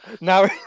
Now